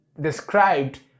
described